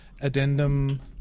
addendum